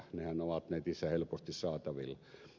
nehän ovat netissä helposti saatavilla